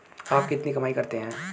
आप कितनी कमाई करते हैं?